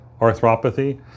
arthropathy